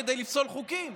כדי לפסול חוקים.